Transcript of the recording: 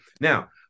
Now